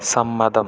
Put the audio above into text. സമ്മതം